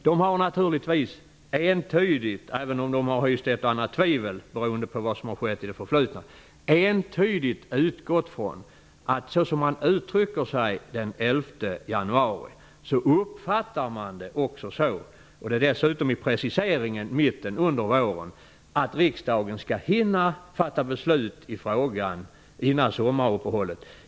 De har naturligtvis entydigt, även om de hyst ett och annat tvivel beroende på vad som skett i det förflutna, utgått från att riksdagen skall hinna fatta beslut i frågan före sommaruppehållet, detta med ledning av det som regeringen i sitt svar den 11 januari uttryckte med preciseringen ''under mitten av våren''.